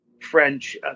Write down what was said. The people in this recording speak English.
french